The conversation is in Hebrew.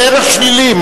זה ערך שלילי.